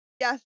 Yes